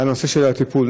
לנושא הטיפול.